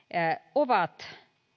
ovat